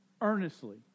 earnestly